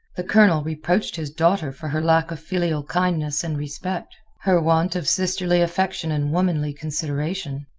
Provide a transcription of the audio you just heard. the colonel reproached his daughter for her lack of filial kindness and respect, her want of sisterly affection and womanly consideration.